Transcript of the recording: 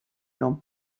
non